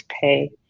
pay